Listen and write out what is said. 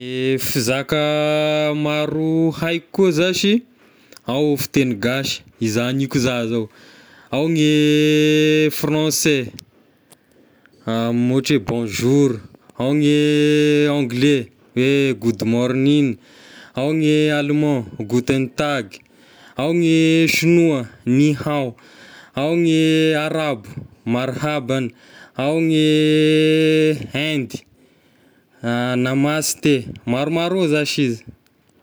I fizaka maro haiko koa zashy, ao fitegny gasy izagny hagniko zah zao, ao gne français ohatry hoe bonjour, ao gne anglais hoe good morning, ao ny allemand guten tag, ao gne sinoa ni hâo, ao gne arabo mar hab an, ao ny Inde namaste, maromaro ao zashy izy.